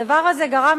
הדבר הזה גרם